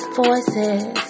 voices